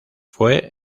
fue